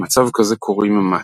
למצב כזה קוראים "מט".